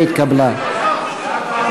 שמספרה 11,